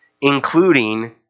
including